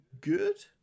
good